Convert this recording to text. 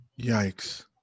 yikes